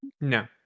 no